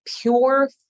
pure